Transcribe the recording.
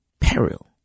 peril